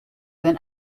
than